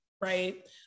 right